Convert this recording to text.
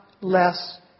less